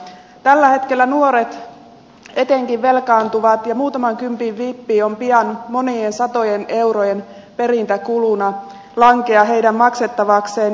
tällä hetkellä etenkin nuoret velkaantuvat ja muutaman kympin vippi pian monien satojen eurojen perintäkuluna lankeaa heidän maksettavakseen